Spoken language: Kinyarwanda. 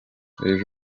ejo